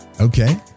okay